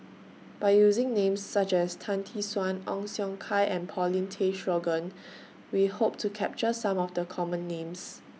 By using Names such as Tan Tee Suan Ong Siong Kai and Paulin Tay Straughan We Hope to capture Some of The Common Names